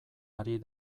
ari